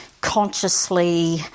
consciously